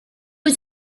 was